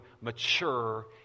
mature